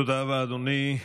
תודה רבה, אדוני.